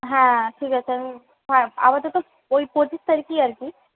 হ্যাঁ ঠিক আছে আমি হ্যাঁ আপাতত ওই পঁচিশ তারিখেই আর কি